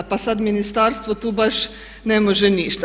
Pa sad ministarstvo tu baš ne može ništa.